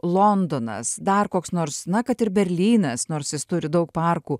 londonas dar koks nors na kad ir berlynas nors jis turi daug parkų